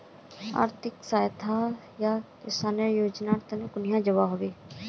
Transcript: आर्थिक सहायता आर किसानेर योजना तने कुनियाँ जबा होबे?